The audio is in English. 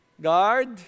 Guard